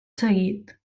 seguit